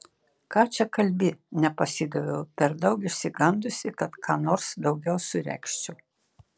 ką čia kalbi nepasidaviau per daug išsigandusi kad ką nors daugiau suregzčiau